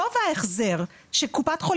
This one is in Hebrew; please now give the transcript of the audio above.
גובה החזר שקופת חולים